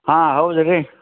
ಹಾಂ ಹೌದು ರೀ